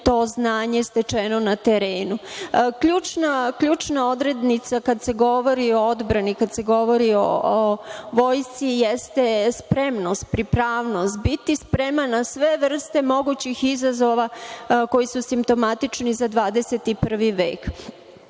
to znanje stečeno na terenu. Ključna odrednica kada se govori o odbrani, kada se govori o vojsci jeste spremnost, pripravnost, biti spreman na sve vrste mogućih izazova koji su simptomatični za 21. vek. Ja